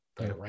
right